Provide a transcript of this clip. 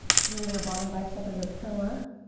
you can use your bottom bicep as a pillow